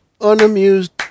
unamused